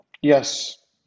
Yes